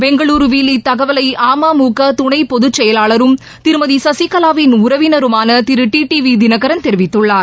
பெங்களூருவில் இத்தகவலை அமமுக துணை பொதுச் செயலாளரும் திருமதி சசிகலாவின் உறவினருமான திரு டி டி வி தினகரன் தெரிவித்துள்ளார்